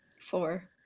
Four